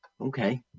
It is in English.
Okay